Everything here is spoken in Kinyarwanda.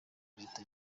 leta